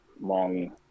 long –